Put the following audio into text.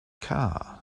car